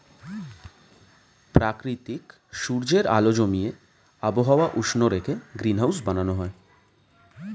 প্রাকৃতিক সূর্যের আলো জমিয়ে আবহাওয়া উষ্ণ রেখে গ্রিনহাউস বানানো হয়